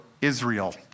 Israel